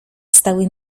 stały